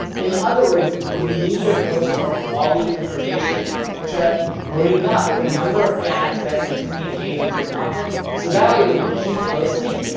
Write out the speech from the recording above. in other words, you need to post more quality information to bring up the number of fans that continually engage with your content so that way when you keep posting,